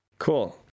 Cool